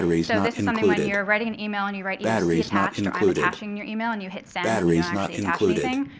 so this is something when you're writing an email, and you write either, see attached or i'm attaching your email. and you hit send, and you don't actually attach anything,